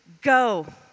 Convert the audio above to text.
go